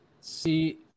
See